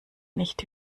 nicht